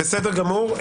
בסדר גמור.